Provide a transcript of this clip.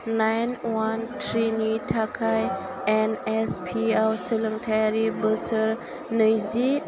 nine अवान थ्रिनि थाखाय एनएसपियाव सोलोंथाइयारि बोसोर नैजि